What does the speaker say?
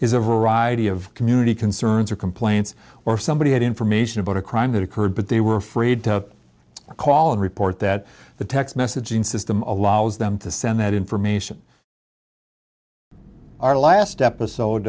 is a variety of community concerns or complaints or somebody had information about a crime that occurred but they were afraid to call and report that the text messaging system allows them to send that information our last episode